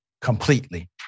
completely